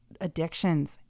addictions